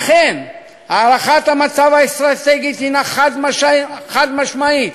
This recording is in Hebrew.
לכן הערכת המצב האסטרטגית היא חד-משמעית: